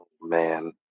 Man